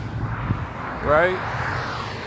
right